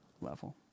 level